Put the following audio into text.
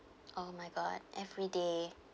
oh my god everyday